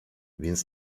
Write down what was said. więc